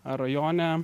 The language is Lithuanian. ar rajone